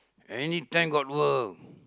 anytime got work